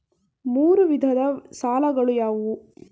ಮೂರು ವಿಧದ ಸಾಲಗಳು ಯಾವುವು?